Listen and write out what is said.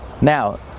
Now